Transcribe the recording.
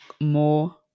more